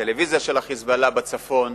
הטלוויזיה של ה"חיזבאללה" בצפון,